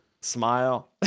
smile